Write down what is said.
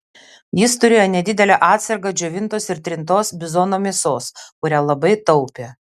jis turėjo nedidelę atsargą džiovintos ir trintos bizono mėsos kurią labai taupė